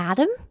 Adam